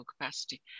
capacity